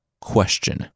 question